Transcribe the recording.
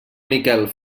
miquel